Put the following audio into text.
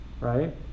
right